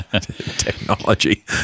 technology